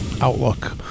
outlook